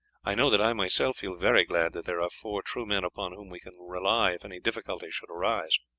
i know that i myself feel very glad that there are four true men upon whom we can rely if any difficulty should arise.